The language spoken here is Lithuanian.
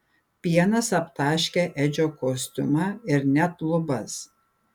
pienas aptaškė edžio kostiumą ir net lubas